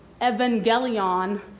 Evangelion